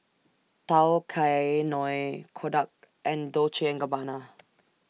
Tao Kae Noi Kodak and Dolce and Gabbana